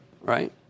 Right